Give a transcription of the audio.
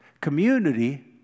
Community